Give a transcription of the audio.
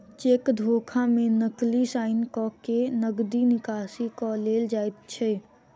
cheque धोखा मे नकली साइन क के नगदी निकासी क लेल जाइत छै